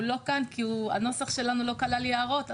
הוא לא נמצא כאן כי הנוסח שקיבלנו לא כלל יערות.